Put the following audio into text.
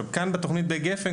בתכנית הגפ"ן,